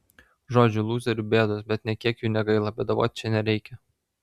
žodžiu lūzerių bėdos bet nė kiek jų negaila bėdavoti čia nereikia